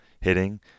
hitting